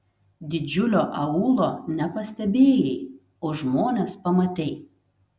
didžiulio aūlo nepastebėjai o žmones pamatei